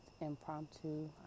impromptu